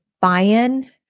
buy-in